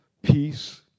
peace